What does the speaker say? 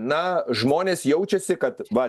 na žmonės jaučiasi kad va